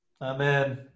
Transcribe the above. Amen